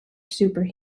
super